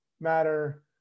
Matter